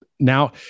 Now